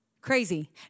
crazy